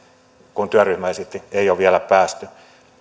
mitä työryhmä esitti ei ole vielä päästy